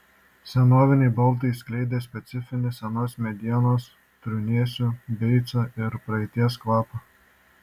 senoviniai baldai skleidė specifinį senos medienos trūnėsių beico ir praeities kvapą